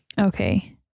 okay